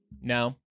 no